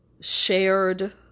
shared